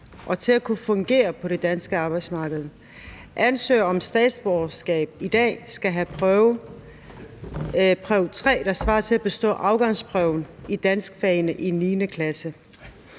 og til at kunne fungere på det danske arbejdsmarked. Ansøgere om statsborgerskab i dag skal have bestået danskprøve 3, der svarer til at have bestået afgangsprøverne i dansk i 9. klasse.